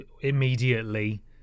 immediately